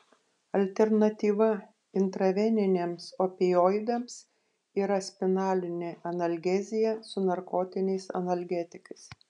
alternatyva intraveniniams opioidams yra spinalinė analgezija su narkotiniais analgetikais